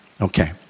okay